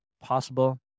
possible